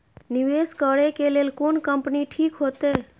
निवेश करे के लेल कोन कंपनी ठीक होते?